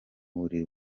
buriri